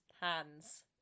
hands